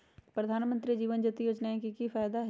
प्रधानमंत्री जीवन ज्योति योजना के की फायदा हई?